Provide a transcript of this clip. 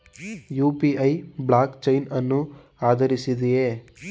UPI blockchain ಅನ್ನು ಆಧರಿಸಿದೆಯೇ?